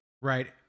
Right